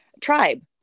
tribe